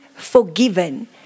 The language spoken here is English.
Forgiven